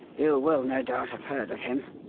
you will, no doubt, have heard of him.